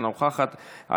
אינה נוכחת,